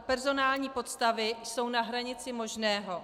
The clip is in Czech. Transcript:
Personální podstavy jsou na hranici možného.